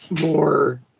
more